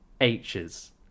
H's